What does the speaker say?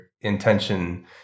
intention